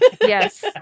Yes